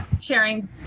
sharing